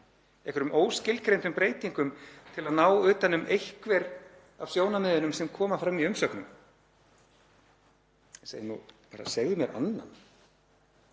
einhverjum óskilgreindum breytingum til að ná utan um einhver af sjónarmiðunum sem koma fram í umsögnum. Ég segi nú bara: Segðu mér annan.